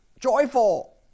Joyful